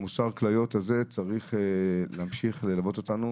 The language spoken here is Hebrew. מוסר הכליות הזה צריך להמשיך וללוות אותנו.